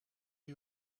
are